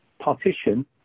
partition